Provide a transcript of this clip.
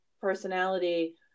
personality